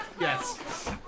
Yes